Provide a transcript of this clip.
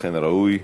אכן ראוי.